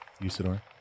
Usador